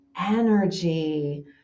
energy